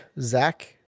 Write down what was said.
zach